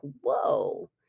whoa